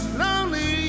lonely